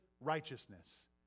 righteousness